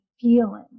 feeling